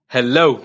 Hello